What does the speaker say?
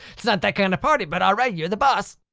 it's not that kind of party. but alright, you're the boss!